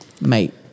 Mate